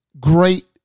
great